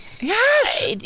Yes